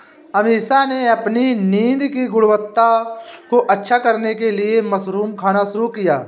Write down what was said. अमीषा ने अपनी नींद की गुणवत्ता को अच्छा करने के लिए मशरूम खाना शुरू किया